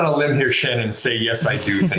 ah limb here, shannon, and say yes, i do